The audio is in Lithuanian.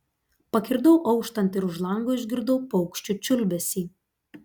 pakirdau auštant ir už lango išgirdau paukščių čiulbesį